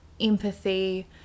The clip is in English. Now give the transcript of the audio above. empathy